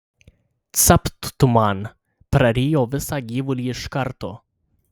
capt tu man prarijo visą gyvulį iš karto